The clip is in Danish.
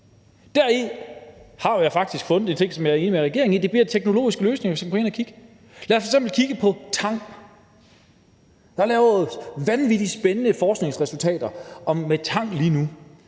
Der har jeg faktisk fundet de ting, som jeg er enig med regeringen i: at det bliver teknologiske løsninger, vi skal kigge på. Lad os f.eks. kigge på tang. Der er nogle vanvittig spændende forskningsresultater fra forskning med tang lige nu.